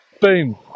Boom